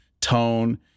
tone